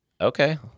okay